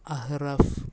അഹറഫ്